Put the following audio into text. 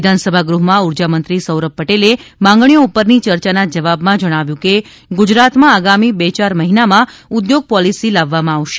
વિધાનસભા ગૃહમાં ઊર્જામંત્રી સૌરભ પટેલે માંગણીઓ ઉપરની ચર્ચાના જવાબમાં જણાવ્યું હતું કે ગુજરાતમાં આગામી બે યાર મહિનામાં ઉદ્યોગ પોલિસી લાવવામાં આવશે